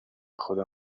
خدا